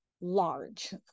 large